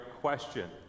question